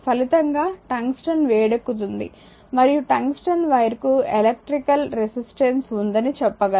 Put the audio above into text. ఫలితంగా టంగ్స్టన్ వేడెక్కుతుంది మరియు టంగ్స్టన్ వైర్ కు ఎలక్ట్రికల్ రెసిస్టెన్స్ ఉందని చెప్పగలం